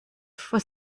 vor